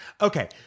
Okay